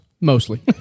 mostly